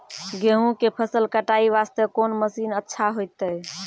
गेहूँ के फसल कटाई वास्ते कोंन मसीन अच्छा होइतै?